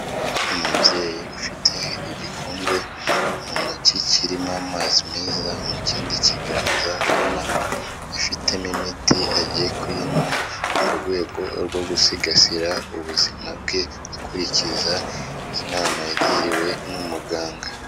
Umubyeyi ufite igikombe mu ntoki kirimo amazi meza, mu kindi kiganza ubona ko afitemo imiti agiye kuyinywa mu rwego rwo gusigasira ubuzima bwe, akurikiza inama yagiriwe n'umuganga.